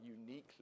uniquely